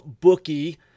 bookie